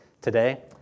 today